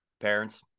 parents